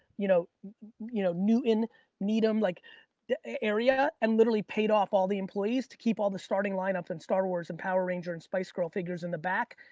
you know you know new in needham, like area and literally paid off all the employees to keep all the starting lineups and star wars and power ranger and spice girl figures in the back.